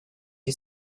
you